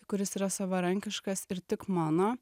kuris yra savarankiškas ir tik mano